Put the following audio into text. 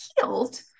healed